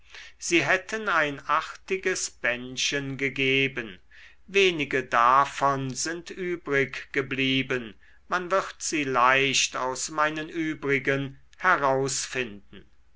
sie hätten ein artiges bändchen gegeben wenige davon sind übrig geblieben man wird sie leicht aus meinen übrigen herausfinden